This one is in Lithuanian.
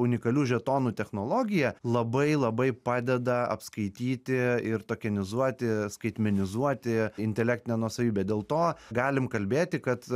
unikalių žetonų technologija labai labai padeda apskaityti ir tokenizuoti ir skaitmenizuoti intelektinę nuosavybę dėl to galim kalbėti kad